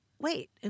Wait